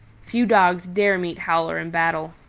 few dogs dare meet howler in battle.